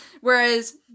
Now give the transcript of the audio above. Whereas